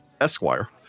Esquire